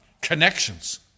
connections